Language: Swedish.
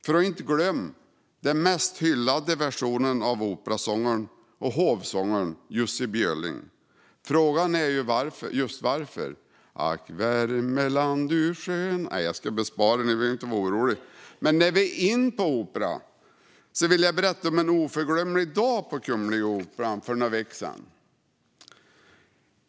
Vi ska inte glömma den mest hyllade versionen med opera och hovsångaren Jussi Björling. Frågan är: Varför just Ack Värmeland, du sköna ? Ni behöver inte vara oroliga; jag ska bespara er min sång. När vi nu är inne på opera vill jag berätta om en för mig oförglömlig dag på Kungliga Operan för några veckor sedan.